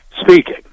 speaking